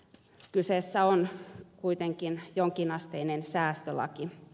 kyseessä on kuitenkin jonkin asteinen säästölaki